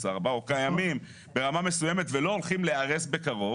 4 או קיימים ברמה מסוימת ולא הולכים להיהרס בקרוב.